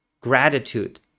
gratitude